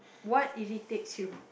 what irritates you